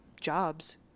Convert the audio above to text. jobs